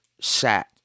Sat